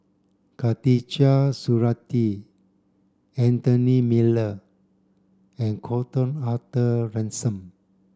Khatijah Surattee Anthony Miller and Gordon Arthur Ransome